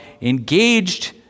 engaged